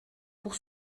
pour